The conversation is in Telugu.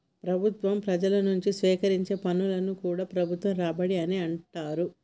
ప్రభుత్వం ప్రజల నుంచి సేకరించే పన్నులను కూడా ప్రభుత్వ రాబడి అనే అంటరు